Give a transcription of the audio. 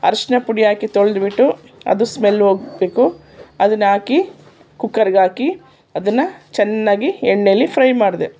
ಅರಶಿನ ಪುಡಿ ಹಾಕಿ ತೊಳೆದ್ಬಿಟ್ಟು ಅದು ಸ್ಮೆಲ್ ಹೋಗಬೇಕು ಅದನ್ನು ಹಾಕಿ ಕುಕ್ಕರಿಗೆ ಹಾಕಿ ಅದನ್ನು ಚೆನ್ನಾಗಿ ಎಣ್ಣೇಲಿ ಫ್ರೈ ಮಾಡಿದೆ